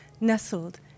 nestled